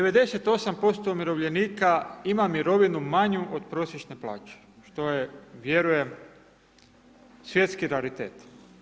98% umirovljenika ima mirovinu manju od prosječne plaće, što je vjerujem svjetski raritet.